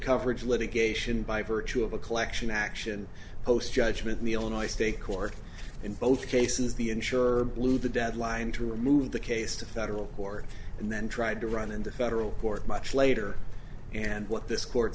coverage litigation by virtue of a collection action post judgment in the illinois state court in both cases the insurer blew the deadline to remove the case to federal court and then tried to run in the federal court much later and what this court